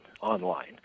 online